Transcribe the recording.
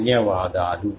ధన్యవాదాలు